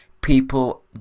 People